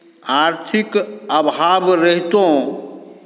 आर्थिक अभाव रहितो